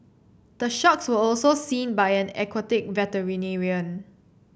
the sharks were also seen by an aquatic veterinarian